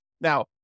Now